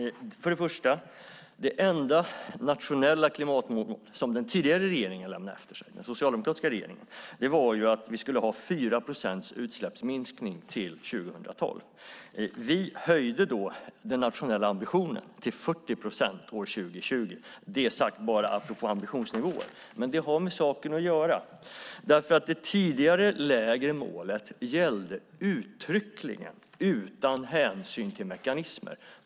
Först och främst: Det enda nationella klimatmål som den tidigare regeringen lämnade efter sig, den socialdemokratiska regeringen, var att vi skulle ha 4 procents utsläppsminskning till 2012. Vi höjde den nationella ambitionen till 40 procent 2020 - detta sagt bara apropå ambitionsnivåer. Men det har med saken att göra, därför att det tidigare, lägre målet gällde uttryckligen utan hänsyn till mekanismer.